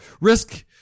risk